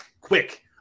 quick